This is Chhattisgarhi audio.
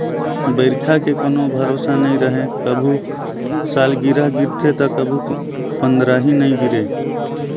बइरखा के कोनो भरोसा नइ रहें, कभू सालगिरह गिरथे त कभू पंदरही नइ गिरे